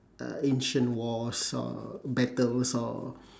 uh ancient wars or battles or